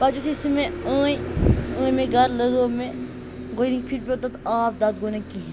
پَتہٕ یُتھٕے سُہ مےٚ ٲنۍ ٲنۍ مےٚ گَرٕ لَگٲو مےٚ گۄڈٕنِکۍ پھِرِ پیوٚو تَتھ آب تَتھ گوٚو نہٕ کِہیٖنۍ